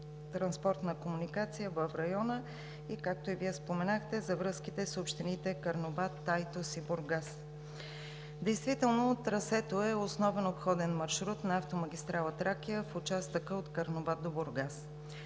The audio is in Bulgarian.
транспортна комуникация в района, както и Вие споменахте, за връзките с общините Карнобат, Айтос и Бургас. Действително трасето е основен обходен маршрут на автомагистрала „Тракия“ в участъка от град Карнобат до град